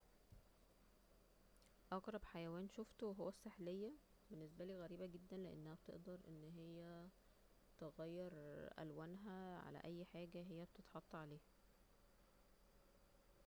اغرب حيوان شوفته هو السحلية بالنسبالي غريبة جدا لأن هي بتقدر تغير الوانها على أي حاجة هي بتتحط عليها